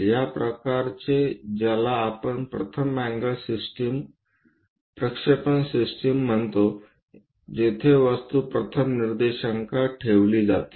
या प्रकारचे ज्याला आपण प्रथम अँगल प्रक्षेपण सिस्टम म्हणतो जेथे वस्तू प्रथम निर्देशांकात ठेवली जाते